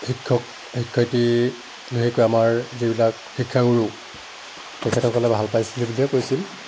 শিক্ষক শিক্ষয়িত্ৰী বিশেষকৈ আমাৰ যিবিলাক শিক্ষাগুৰু তেখেতসকলে ভাল পাইছিলে বুলিয়ে কৈছিল